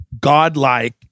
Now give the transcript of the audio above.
godlike